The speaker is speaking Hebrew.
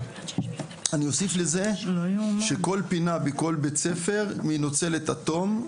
אני אוסיף לזה שכל פינה בכל בית ספר מנוצלת עד תום,